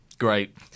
great